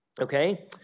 Okay